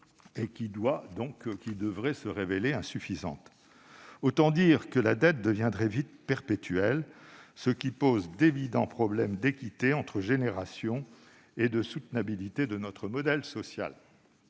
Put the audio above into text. qui devrait se révéler insuffisante. Autant dire que la dette deviendrait vite perpétuelle, ce qui pose d'évidents problèmes d'équité entre générations et de soutenabilité de notre modèle social.